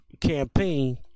campaign